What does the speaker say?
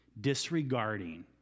disregarding